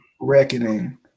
Reckoning